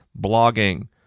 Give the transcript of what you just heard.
blogging